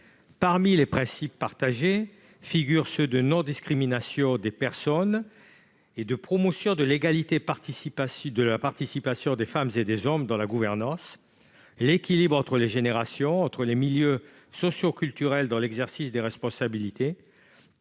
Parmi les principes partagés figurent la non-discrimination des personnes, la promotion de l'égalité de la participation des femmes et des hommes dans la gouvernance et l'équilibre entre les générations et entre les milieux socioculturels dans l'exercice des responsabilités.